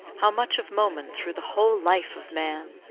how much of moment through the whole life of man!